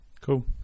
cool